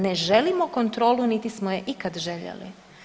Ne želimo kontrolu, niti smo je ikad željeli.